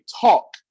talk